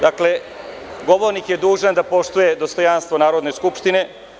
Dakle, govornik je dužan da poštuje dostojanstvo Narodne skupštine.